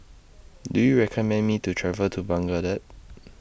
Do YOU recommend Me to travel to Baghdad